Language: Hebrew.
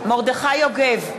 יוגב,